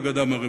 בגדה המערבית.